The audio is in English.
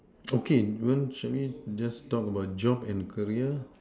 okay you want show me just talk about job and career